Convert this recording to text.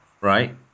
right